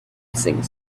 hissing